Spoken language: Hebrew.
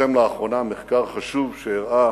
התפרסם לאחרונה מחקר חשוב שהראה